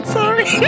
Sorry